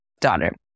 daughter